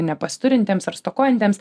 nepasiturintiems ar stokojantiems